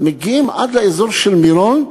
מגיעים עד לאזור של מירון,